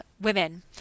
women